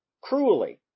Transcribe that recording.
Cruelly